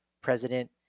president